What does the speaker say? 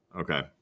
Okay